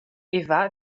eva